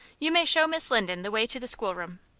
you may show miss linden the way to the schoolroom.